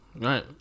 Right